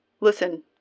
Listen